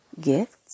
gifts